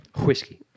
Whiskey